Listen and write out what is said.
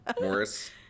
Morris